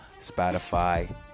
spotify